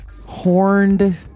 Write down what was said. Horned